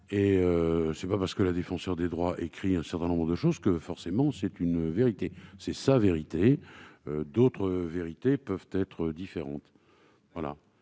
Ce n'est pas parce que la Défenseure des droits écrit un certain nombre de choses que c'est une vérité. C'est sa vérité. D'autres vérités peuvent être différentes.